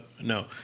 No